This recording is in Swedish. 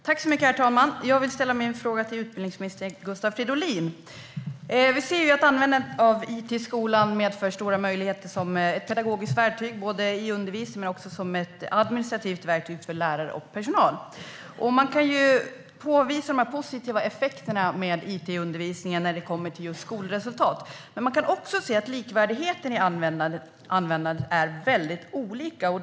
Herr talman! Jag vill ställa min fråga till utbildningsminister Gustav Fridolin. Vi ser att användandet av it i skolan medför stora möjligheter både som ett pedagogiskt verktyg i undervisningen och som ett administrativt verktyg för lärare och personal. Man kan påvisa it-undervisningens positiva effekter just när det gäller skolresultat, men man kan också se att det ser väldigt olika ut när det gäller likvärdigheten i användandet.